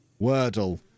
Wordle